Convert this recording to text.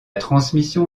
transmission